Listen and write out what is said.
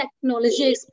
technology